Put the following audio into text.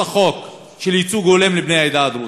של החוק לייצוג הולם לבני העדה הדרוזית.